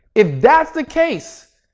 if that's the case,